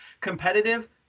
Competitive